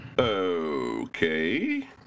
Okay